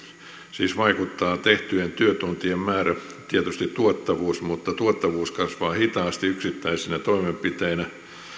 siis vaikuttaa tehtyjen työtuntien määrä tietysti tuottavuus tuottavuus kasvaa hitaasti yksittäisenä toimenpiteenä